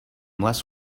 less